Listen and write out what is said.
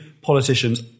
politicians